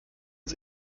uns